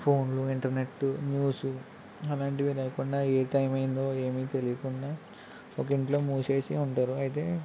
ఫోన్లు internet news అలాంటివి లేకుండా ఏ టైం అయిందో ఏమీ తెలియకుండా ఒక ఇంట్లో మూసేసి ఉంటారు అయితే